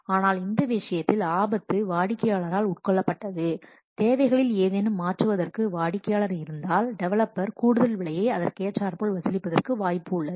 ஆனால் இந்த விஷயத்தில் ஆபத்து வாடிக்கையாளரால் உட்கொள்ளப்பட்டது தேவைகளில் ஏதேனும் மாற்றுவதற்கு வாடிக்கையாளர் இருந்தால் டெவலப்பர் கூடுதல் விலையை அதற்கேற்றார்போல் வசூலிப்பதற்கு வாய்ப்பு உள்ளது